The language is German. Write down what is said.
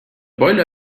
boiler